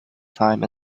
time